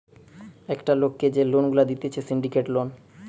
একটা লোককে যে লোন গুলা দিতেছে সিন্ডিকেট লোন